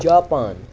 Japan